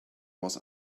was